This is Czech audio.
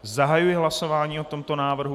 Zahajuji hlasování o tomto návrhu.